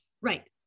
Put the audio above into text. Right